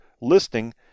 listing